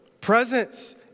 presence